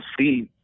see